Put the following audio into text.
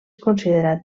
considerat